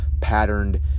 patterned